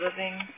living